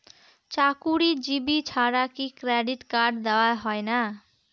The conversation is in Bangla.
চাকুরীজীবি ছাড়া কি ক্রেডিট কার্ড দেওয়া হয় না?